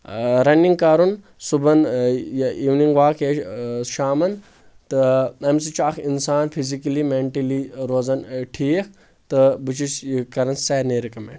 running کرُن صبحَن یہِ اِوننگ واک یہِ چھُ شامن تہٕ تمہِ سۭتۍ چھُ اکھ انسان فِزِکٔلی میٚنٹٔلی روزان ٹھیٖکھ تہٕ بہٕ چھُس یہِ کران سارنٕے رِکمیٚنڈ